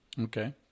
Okay